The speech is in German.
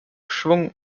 schwung